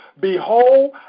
Behold